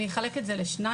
אני אחלק את זה לשניים.